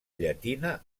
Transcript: llatina